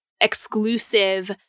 exclusive